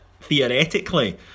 theoretically